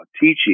teaching